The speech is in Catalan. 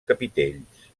capitells